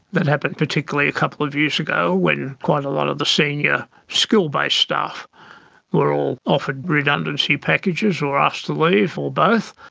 that happened particularly a couple of years ago when quite a lot of the senior skill-based staff were all offered redundancy packages or asked to leave or both.